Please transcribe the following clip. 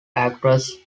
actress